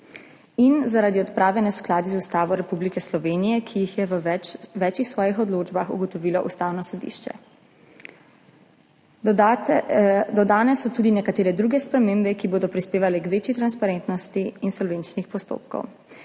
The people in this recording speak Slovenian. in zaradi odprave neskladij z Ustavo Republike Slovenije, ki jih je v več svojih odločbah ugotovilo Ustavno sodišče. Dodane so tudi nekatere druge spremembe, ki bodo prispevale k večji transparentnosti insolvenčnih postopkov.